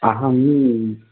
अहं